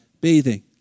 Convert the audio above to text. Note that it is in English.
bathing